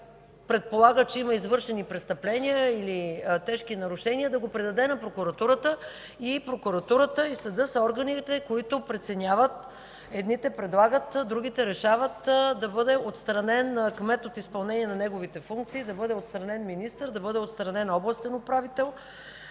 предполага, че има извършени престъпления или тежки нарушения, да го предаде на прокуратурата. Прокуратурата и съдът са органите, които преценяват – едните предлагат, другите решават да бъде отстранен кмет от изпълнение на неговите функции, да бъде отстранен министър, да бъде отстранен областен управител.